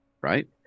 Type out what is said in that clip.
Right